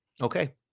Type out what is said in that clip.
Okay